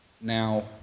Now